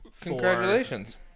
Congratulations